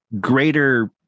greater